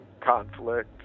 conflict